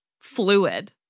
fluid